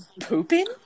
pooping